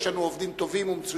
יש לנו עובדים טובים ומצוינים,